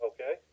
Okay